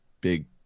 big